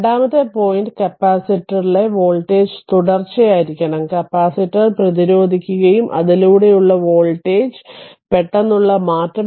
രണ്ടാമത്തെ പോയിന്റ് കപ്പാസിറ്ററിലെ വോൾട്ടേജ് തുടർച്ചയായിരിക്കണം കപ്പാസിറ്റർ പ്രതിരോധിക്കുകയും അതിലൂടെയുള്ള വോൾട്ടേജിലെ പെട്ടെന്നുള്ള മാറ്റം